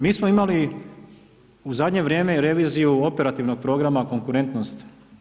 Mi smo imali u zadnje vrijeme i reviziju operativnog programa konkurentnosti.